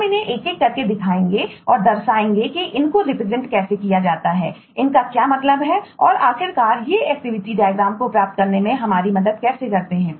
हम इन्हें एक एक करके दिखाएंगे और दर्शाएंगे कि इनको रिप्रेजेंट को प्राप्त करने में हमारी मदद कैसे करते हैं